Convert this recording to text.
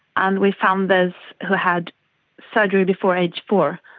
and we found those who had surgery before age four,